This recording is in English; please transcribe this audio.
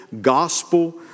gospel